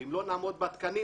אם לא נעמוד בתקנים,